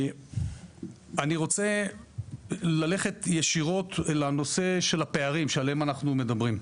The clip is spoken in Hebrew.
אני רוצה ללכת ישירות לנושא הפערים שעליהם אנחנו מדברים.